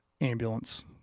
ambulance